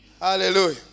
Hallelujah